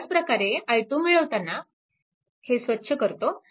ह्याच प्रकारे i2 मिळवताना हे स्वच्छ करतो